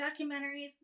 documentaries